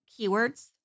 keywords